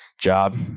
job